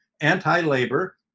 anti-labor